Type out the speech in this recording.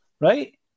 Right